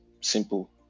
simple